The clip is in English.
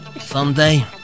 Someday